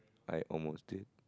I almost did